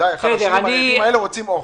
די, החלשים והרעבים האלה רוצים אוכל.